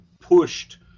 pushed